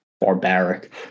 barbaric